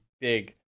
big